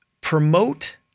promote